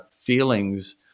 feelings